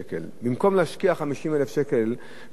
במקום להשקיע 50,000 שקל ברכב,